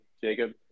Jacob